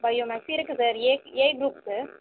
bio max இருக்கு sir A A group sir